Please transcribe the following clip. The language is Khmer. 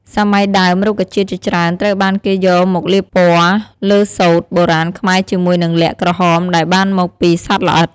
សម័យដើមរុក្ខជាតិជាច្រើនត្រូវបានគេយកមកលាបពណ៌លើសូត្រ បុរាណខ្មែរជាមួយនឹងល័ក្តក្រហមដែលបានមកពីសត្វល្អិត ។